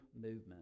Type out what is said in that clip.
movement